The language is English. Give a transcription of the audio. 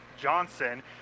Johnson